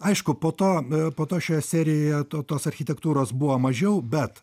aišku po to po to šioje serijoje to tos architektūros buvo mažiau bet